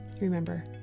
remember